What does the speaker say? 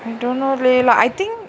I don't know leh like I think